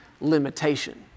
limitation